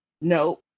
nope